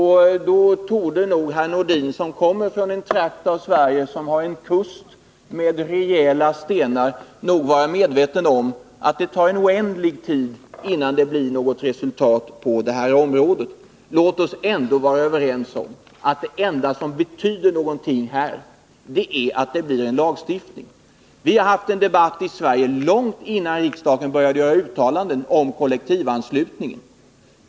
Därför borde nog herr Nordin, som kommer från en trakt som har en kust med rejäla stenar, vara medveten om att det tar oändlig tid innan det blir något resultat på det här området. Låt oss vara överens om att det enda som här betyder någonting är att det blir en lagstiftning! Vi har haft en debatt i Sverige långt innan riksdagen började göra uttalanden om kollektivanslutningen.